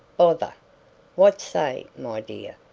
bother! what say, my dear?